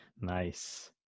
Nice